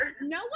No